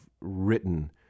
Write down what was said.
written